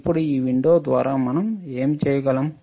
ఇప్పుడు ఈ విండో ద్వారా మనం ఏమి చేయగలం